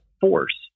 force